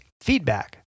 feedback